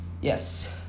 Yes